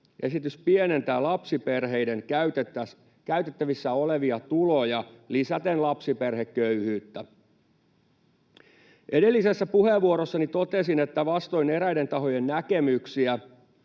Esitys pienentää lapsiperheiden käytettävissä olevia tuloja lisäten lapsiperheköyhyyttä. Edellisessä puheenvuorossani totesin, että vastoin eräiden tahojen näkemyksiä